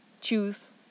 choose